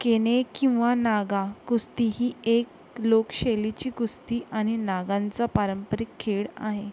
केने किंवा नागा कुस्ती ही एक लोकशैलीची कुस्ती आणि नागांचा पारंपरिक खेळ आहे